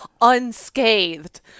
unscathed